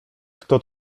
kto